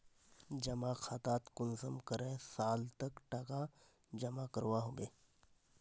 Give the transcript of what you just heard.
जमा खातात कुंसम करे साल तक टका जमा करवा होबे?